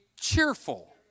cheerful